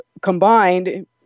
combined